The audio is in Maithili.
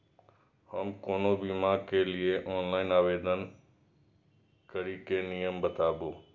हम कोनो बीमा के लिए ऑनलाइन आवेदन करीके नियम बाताबू?